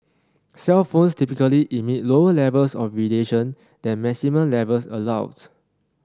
cellphones typically emit lower levels of radiation than maximum levels allowed